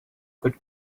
could